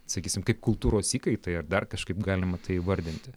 sakysim kaip kultūros įkaitai ar dar kažkaip galima tai įvardinti